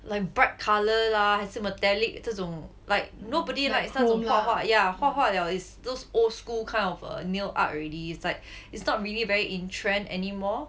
like bright colour lah 还是 metallic 这种 like nobody likes 这种画画 yeah 画画 liao is those old school kind of err nail art already it's like it's not really very in trend anymore